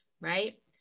right